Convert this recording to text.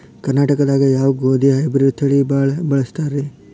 ಕರ್ನಾಟಕದಾಗ ಯಾವ ಗೋಧಿ ಹೈಬ್ರಿಡ್ ತಳಿ ಭಾಳ ಬಳಸ್ತಾರ ರೇ?